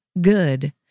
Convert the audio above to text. good